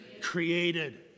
created